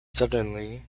suddenly